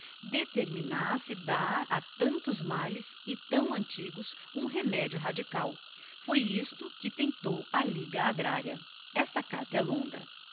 separatistas determinasse dar a tantos males e tão antigos um remedio radical foi isto que tentou a liga agraria esta carta é longa